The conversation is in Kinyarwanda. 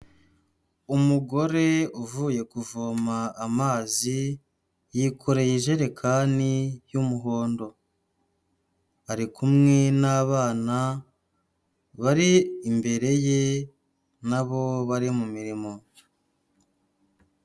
Umugore uvuye kuvoma amazi yikoreye ijerekani y'umuhondo, ari kumwe n'abana bari imbere ye, na bo bari mu mirimo.